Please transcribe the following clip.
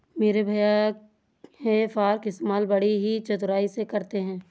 मेरे भैया हे फार्क इस्तेमाल बड़ी ही चतुराई से करते हैं